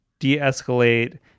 de-escalate